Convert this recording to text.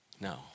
no